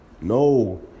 No